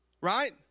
Right